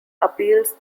appeals